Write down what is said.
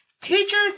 Teachers-